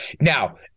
Now